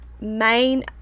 main